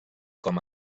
com